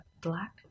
Black